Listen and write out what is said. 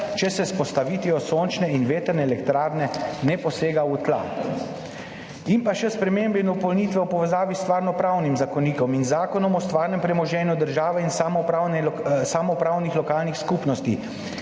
če se s postavitvijo sončne in vetrne elektrarne ne posega v tla. In pa še spremembe in dopolnitve v povezavi s Stvarnopravnim zakonikom in Zakonom o stvarnem premoženju države in samoupravnih lokalnih skupnosti.